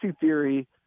theory